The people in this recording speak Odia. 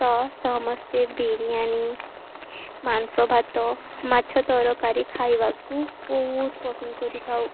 ତ ସମସ୍ତେ ବିରିୟାନୀ ମାଂସ ଭାତ ମାଛ ତରକାରୀ ଖାଇବାକୁ ବହୁତ ପସନ୍ଦ କରିଥାଉ